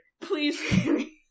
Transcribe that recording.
please